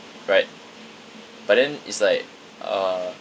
right but then it's like uh